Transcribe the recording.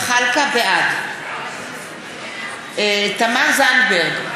בעד תמר זנדברג,